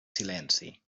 silenci